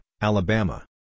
Alabama